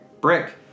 Brick